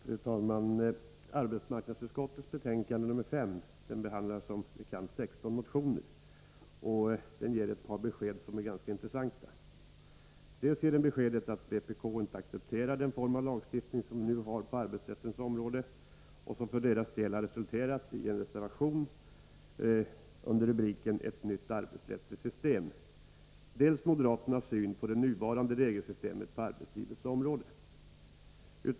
Fru talman! Arbetsmarknadsutskottets betänkande nr 5 behandlar som bekant 16 motioner och ger ett par besked som är ganska intressanta. Dels ger betänkandet besked om att vpk inte accepterar den form av lagstiftning som vi nu har på arbetsrättens område, och det har för vpk:s del resulterat i en reservation under rubriken Ett nytt arbetsrättsligt system. Dels ger betänkandet ett besked om moderaternas syn på det nuvarande regelsystemet på arbetslivets område.